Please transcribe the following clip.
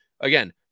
again